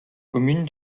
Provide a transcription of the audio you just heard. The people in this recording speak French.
commune